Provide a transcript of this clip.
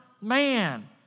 man